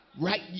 right